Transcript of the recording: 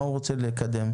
מה הוא רוצה לקדם.